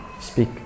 Speak